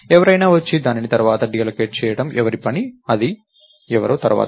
ఎవరైనా వచ్చి దానిని తర్వాత డీఅల్లోకేట్ చేయడం ఎవరి పని ఇది ఎవరో తర్వాత తప్పక చూద్దాం